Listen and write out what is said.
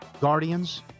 Guardians